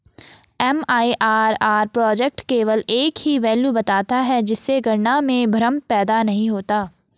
MIRR project केवल एक ही वैल्यू बताता है जिससे गणना में भ्रम पैदा नहीं होता है